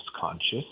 conscious